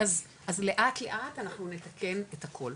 אז לאט לאט אנחנו נתקן את הכול.